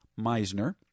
Meisner